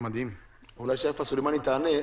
אולי יפה סולימני תענה.